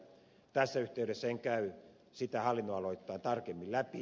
tässä yhteydessä en käy sitä hallinnonaloittain tarkemmin läpi